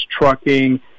trucking